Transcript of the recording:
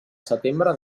setembre